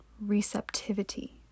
receptivity